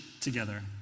together